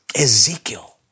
Ezekiel